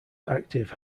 active